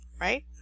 right